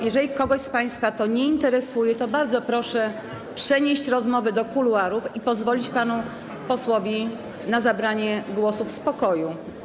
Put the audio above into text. Jeżeli kogoś z państwa to nie interesuje, to bardzo proszę przenieść rozmowy do kuluarów i pozwolić panu posłowi na zabranie głosu w spokoju.